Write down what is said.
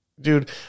dude